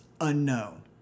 unknown